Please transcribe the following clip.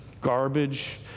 garbage